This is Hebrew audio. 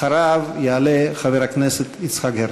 אחריו יעלה חבר הכנסת יצחק הרצוג.